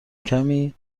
کمی